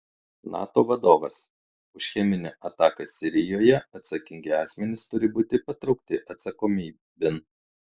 nato vadovas už cheminę ataką sirijoje atsakingi asmenys turi būti patraukti atsakomybėn